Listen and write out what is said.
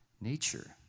nature